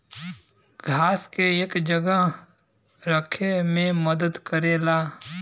घास के एक जगह रखे मे मदद करेला